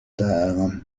tard